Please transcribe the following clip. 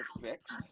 fixed